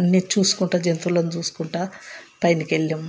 అన్నీ చూసుకుంటు జంతువులను చూసుకుంటు పైనకి వెళ్ళాం